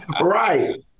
right